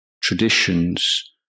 traditions